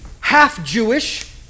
half-Jewish